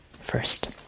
first